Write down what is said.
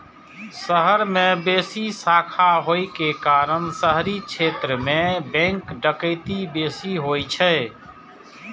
शहर मे बेसी शाखा होइ के कारण शहरी क्षेत्र मे बैंक डकैती बेसी होइ छै